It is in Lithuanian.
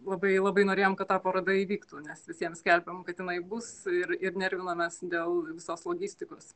labai labai norėjom kad ta paroda įvyktų nes visiem skelbiam kad jinai bus ir ir nervinomės dėl visos logistikos